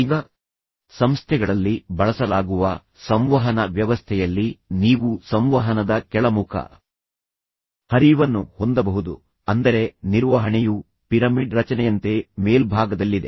ಈಗ ಸಂಸ್ಥೆಗಳಲ್ಲಿ ಬಳಸಲಾಗುವ ಸಂವಹನ ವ್ಯವಸ್ಥೆಯಲ್ಲಿ ನೀವು ಸಂವಹನದ ಕೆಳಮುಖ ಹರಿವನ್ನು ಹೊಂದಬಹುದು ಅಂದರೆ ನಿರ್ವಹಣೆಯು ಪಿರಮಿಡ್ ರಚನೆಯಂತೆ ಮೇಲ್ಭಾಗದಲ್ಲಿದೆ